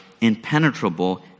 impenetrable